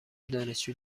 دانشجو